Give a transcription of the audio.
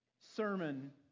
sermon